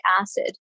acid